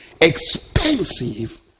expensive